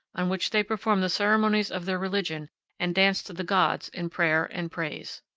on which they performed the ceremonies of their religion and danced to the gods in prayer and praise.